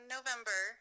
November